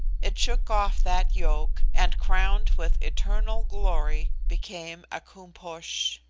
it shook off that yoke, and, crowned with eternal glory, became a koom-posh.